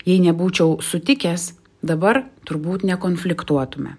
jei nebūčiau sutikęs dabar turbūt nekonfliktuotume